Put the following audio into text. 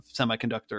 semiconductor